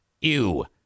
Ew